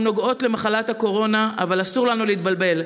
נוגעות למחלת קורונה אבל אסור לנו להתבלבל,